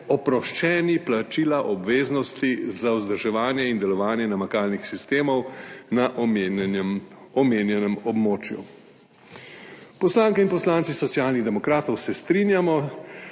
oproščeni plačila obveznosti za vzdrževanje in delovanje namakalnih sistemov na omenjenem območju. Poslanke in poslanci Socialnih demokratov se strinjamo,